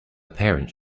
parents